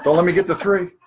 so let me get the three.